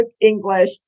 English